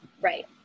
Right